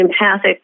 empathic